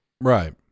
Right